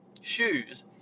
shoes